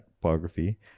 biography